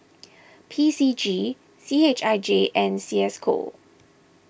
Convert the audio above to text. P C G C H I J and Cisco